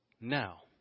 now